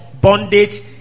bondage